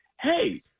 hey